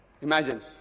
Imagine